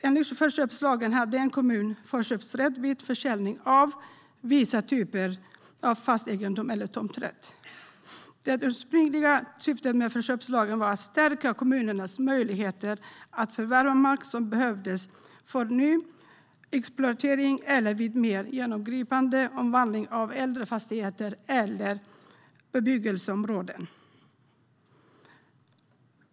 Enligt förköpslagen hade en kommun förköpsrätt vid försäljning av vissa typer av fast egendom eller tomträtt. Det ursprungliga syftet med lagen var att stärka kommunernas möjligheter att förvärva mark som behövdes för ny exploatering eller vid mer genomgripande omvandling av äldre fastigheter eller bebyggelseområden.